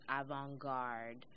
avant-garde